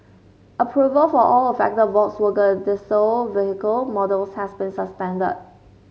approval for all affected Volkswagen diesel vehicle models has been suspended